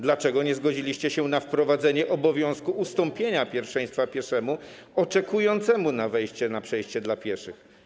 Dlaczego nie zgodziliście się na wprowadzenie obowiązku ustąpienia pierwszeństwa pieszemu oczekującemu na wejście na przejście dla pieszych?